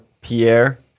Pierre